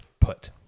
put